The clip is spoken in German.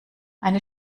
eine